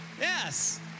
Yes